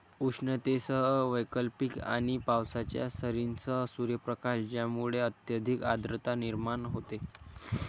उष्णतेसह वैकल्पिक आणि पावसाच्या सरींसह सूर्यप्रकाश ज्यामुळे अत्यधिक आर्द्रता निर्माण होते